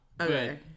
okay